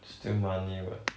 still money [what]